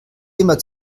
immer